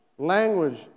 Language